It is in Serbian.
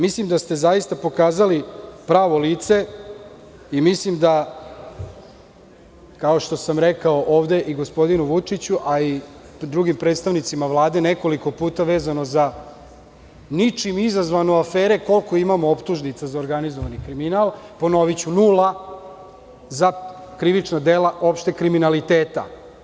Mislim da ste zaista pokazali pravo lice i mislim da, kao što sam rekao ovde i gospodinu Vučiću, a i drugim predstavnicima Vlade, nekoliko puta, vezano za ničim izazvane afere koliko imamo optužnica za organizovani kriminal, ponoviću - nula za krivična dela opšteg kriminaliteta.